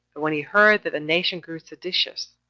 but when he heard that the nation grew seditious,